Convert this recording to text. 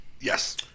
Yes